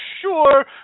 Sure